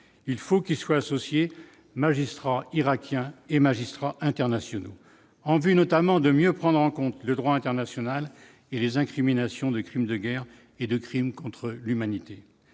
il faut qu'ils soient associés magistrats irakiens et magistrats internationaux en vue notamment de mieux prendre en compte le droit international et les incriminations de crimes de guerre et de crimes contre l'humanité,